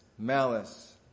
Malice